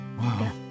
Wow